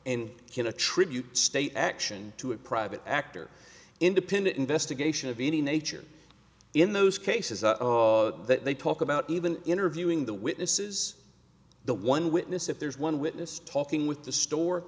can attribute state action to a private act or independent investigation of any nature in those cases that they talk about even interviewing the witnesses the one witness if there's one witness talking with the store